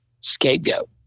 Scapegoat